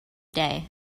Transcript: day